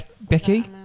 Becky